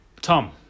Tom